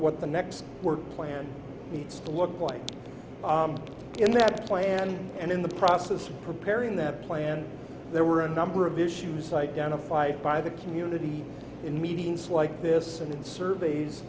what the next work plan needs to look like in that plan and in the process of preparing that plan there were a number of issues identified by the community in meetings like this in the surveys